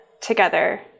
together